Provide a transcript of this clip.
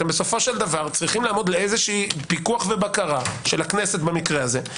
אתם צריכים לעמוד לפיקוח ובקרה של הכנסת במקרה הזה.